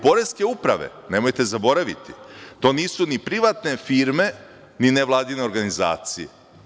Poreske uprave, nemojte zaboraviti, nisu privatne firme, ni nevladine organizacije.